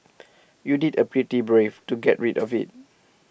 you did A pretty brave to get rid of IT